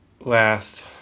Last